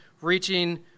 reaching